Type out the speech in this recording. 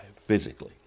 physically